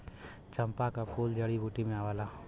चंपा क फूल जड़ी बूटी में आवला